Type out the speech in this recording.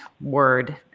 word